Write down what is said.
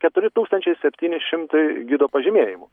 keturi tūkstančiai septyni šimtai gido pažymėjimų